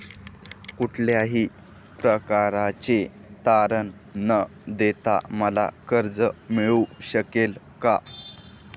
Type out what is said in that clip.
कुठल्याही प्रकारचे तारण न देता मला कर्ज मिळू शकेल काय?